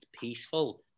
peaceful